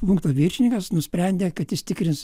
punkto viršininkas nusprendė kad jis tikrins